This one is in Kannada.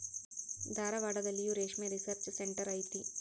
ಧಾರವಾಡದಲ್ಲಿಯೂ ರೇಶ್ಮೆ ರಿಸರ್ಚ್ ಸೆಂಟರ್ ಐತಿ